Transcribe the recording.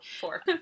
Four